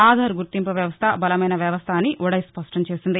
ఆధార్ గుర్తింపు వ్యవస్ట బలమైన వ్యవస్ట అని ఉడాయ్ స్పష్టం చేసింది